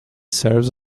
serves